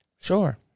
Sure